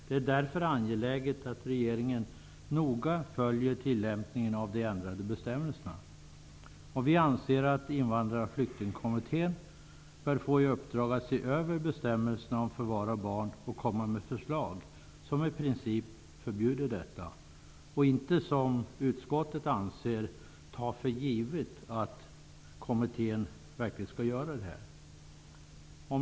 Det är därför angeläget att regeringen noga följer tillämpningen av de ändrade bestämmelserna. Vi anser att Invandrar och flyktingkommittén bör få i uppdrag att se över bestämmelserna om förvar av barn och komma med förslag som i princip förbjuder detta. Man skall inte, som utskottet anser, ta för givet att kommittén kommer att göra så. Herr talman!